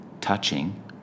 touching